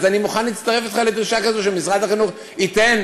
אז אני מוכן להצטרף אתך לדרישה כזו שמשרד החינוך ייתן,